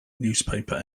newspaper